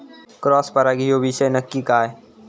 Cross परागी ह्यो विषय नक्की काय?